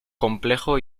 complejo